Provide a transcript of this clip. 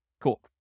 Cool